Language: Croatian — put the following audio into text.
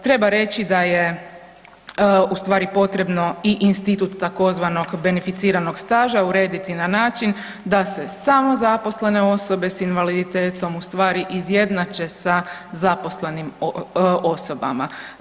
Treba reći da je ustvari potrebno institut tzv. beneficiranog staža urediti na način da se samozaposlene osobe s invaliditetom ustvari izjednače sa zaposlenim osobama.